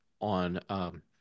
on, –